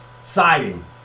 siding